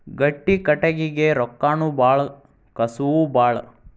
ಗಟ್ಟಿ ಕಟಗಿಗೆ ರೊಕ್ಕಾನು ಬಾಳ ಕಸುವು ಬಾಳ